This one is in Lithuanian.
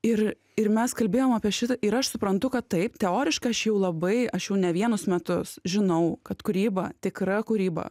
ir ir mes kalbėjom apie šitą ir aš suprantu kad taip teoriškai aš jau labai aš jau ne vienus metus žinau kad kūryba tikra kūryba